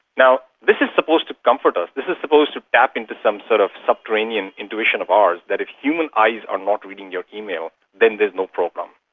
now, this is supposed to comfort us, this is supposed to tap into some sort of subterranean intuition of ours that if human eyes are not your email then there's no problem.